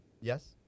Yes